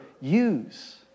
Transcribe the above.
use